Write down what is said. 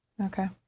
Okay